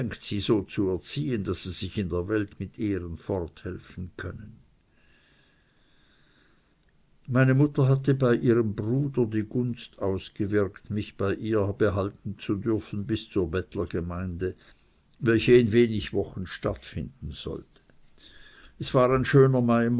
so zu erziehen daß sie sich in der welt mit ehren forthelfen können meine mutter hatte bei ihrem bruder die gunst ausgewirkt mich bei ihr behalten zu dürfen bis zur bettlergemeinde welche in wenigen wochen stattfinden sollte es war ein schöner